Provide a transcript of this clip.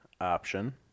option